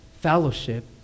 fellowship